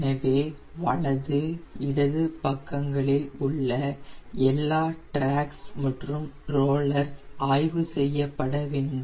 எனவே வலது இடது பக்கங்களில் உள்ள எல்லா ட்ராக்ஸ் மற்றும் ரோலர்ஸ் ஆய்வு செய்யப்படவேண்டும்